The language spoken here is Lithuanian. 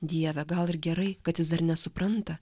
dieve gal ir gerai kad jis dar nesupranta